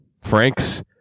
Franks